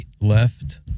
left